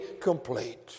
complete